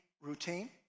routine